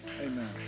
Amen